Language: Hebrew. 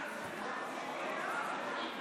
נא להושיב את חברי הכנסת.